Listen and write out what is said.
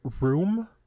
room